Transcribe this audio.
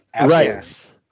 right